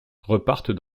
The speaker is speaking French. repartent